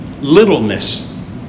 littleness